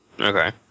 Okay